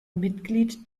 mitglied